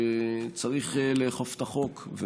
שצריך לאכוף את החוק.